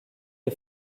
est